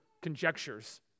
conjectures